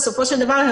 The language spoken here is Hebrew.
בסופו של דבר,